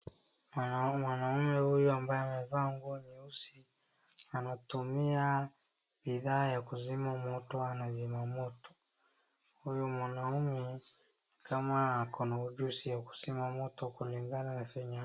Naona mwanaume huyu ambaye amevaa nguo nyeusi, anatumia bidhaa ya kuzima moto anazima moto. Huyu mwanaume ni kama ako na ujuzi wa kuzima moto kulingana na venye.